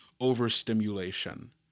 overstimulation